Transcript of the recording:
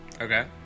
Okay